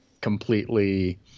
completely